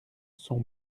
son